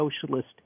socialist